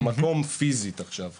המקום פיזית עכשיו,